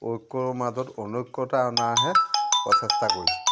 ঐক্যৰ মাজত অনৈক্যতা অনাহে প্ৰচেষ্টা কৰিছে